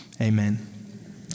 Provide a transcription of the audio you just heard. amen